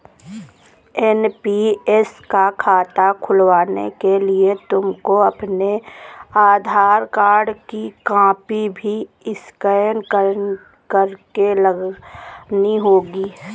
NPS का खाता खुलवाने के लिए तुमको अपने आधार कार्ड की कॉपी भी स्कैन करके लगानी होगी